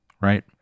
right